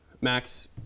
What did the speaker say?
Max